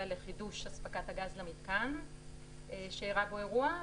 לחידוש אספקת הגז למתקן שאירע בו אירוע,